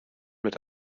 mit